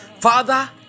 father